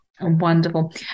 Wonderful